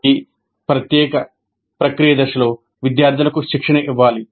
ఈ ప్రత్యేక ప్రక్రియ దశలో విద్యార్థులకు శిక్షణ ఇవ్వాలి